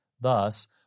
Thus